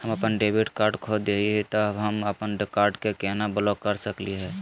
हम अपन debit card खो दे ही, त हम अप्पन कार्ड के केना ब्लॉक कर सकली हे?